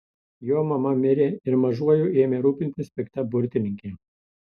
jo mama mirė ir mažuoju ėmė rūpintis pikta burtininkė